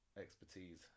expertise